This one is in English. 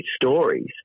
stories